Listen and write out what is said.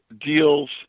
deals